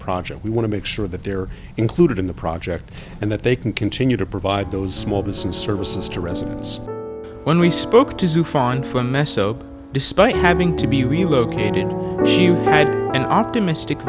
project we want to make sure that they're included in the project and that they can continue to provide those small business services to residents when we spoke to find for meso despite having to be relocated you had an optimistic